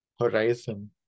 horizon